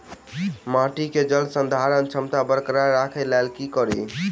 माटि केँ जलसंधारण क्षमता बरकरार राखै लेल की कड़ी?